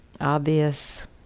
obvious